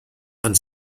and